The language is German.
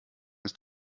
ist